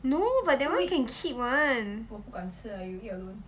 no but that one can keep one